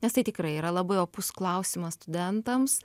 nes tai tikrai yra labai opus klausimas studentams